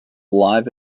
live